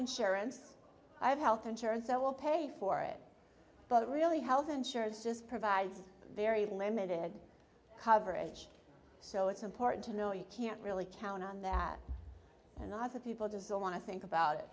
insurance i have health insurance i will pay for it but really health insurance just provides very limited coverage so it's important to know you can't really count on that and i think people desire want to think about it